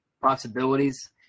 possibilities